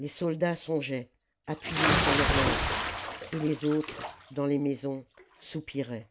les soldats songeaient appuyés sur leurs lances et les autres dans les maisons soupiraient